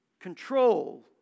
control